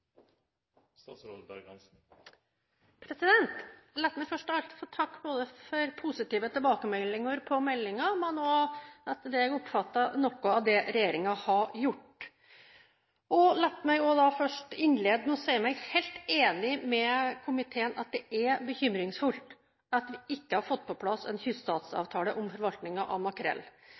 meg først av alt få takke for positive tilbakemeldinger på både meldingen og, etter det jeg oppfatter, noe av det regjeringen har gjort. La meg innlede med å si meg helt enig med komiteen i at det er bekymringsfullt at vi ikke har fått på plass en kyststatsavtale om forvaltningen av makrell.